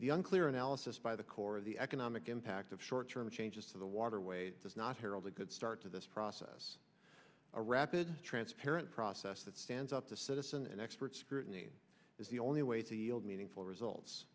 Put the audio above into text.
the unclear analysis by the core of the economic impact of short term changes to the waterway does not herald a good start to this process a rapid transparent process it stands up to citizen experts scrutiny is the only way to yield meaningful results